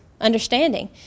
understanding